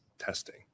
testing